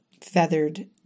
feathered